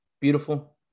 Beautiful